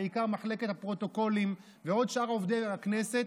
בעיקר מחלקת הפרוטוקולים ושאר עובדי הכנסת,